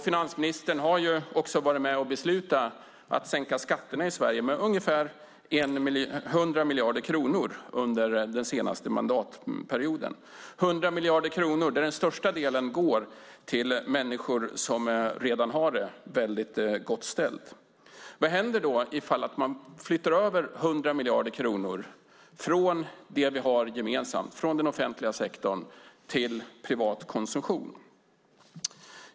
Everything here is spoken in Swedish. Finansministern har också varit med och beslutat att sänka skatterna i Sverige med ungefär 100 miljarder kronor under den senaste mandatperioden. Den största delen går till människor som redan har det gott ställt. Vad händer om man flyttar över 100 miljarder kronor från det vi har gemensamt, från den offentliga sektorn, till privat konsumtion?